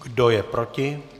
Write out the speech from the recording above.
Kdo je proti?